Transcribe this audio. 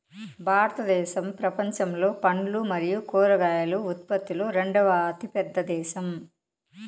భారతదేశం ప్రపంచంలో పండ్లు మరియు కూరగాయల ఉత్పత్తిలో రెండవ అతిపెద్ద దేశం